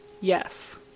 yes